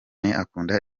akunda